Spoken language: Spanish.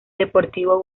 deportivo